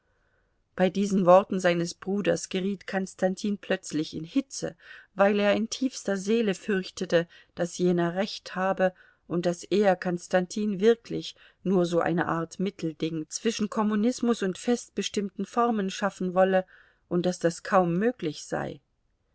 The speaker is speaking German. bei diesen worten seines bruders geriet konstantin plötzlich in hitze weil er in tiefster seele fürchtete daß jener recht habe und daß er konstantin wirklich nur so eine art mittelding zwischen kommunismus und festbestimmten formen schaffen wolle und daß das kaum möglich sei